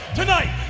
tonight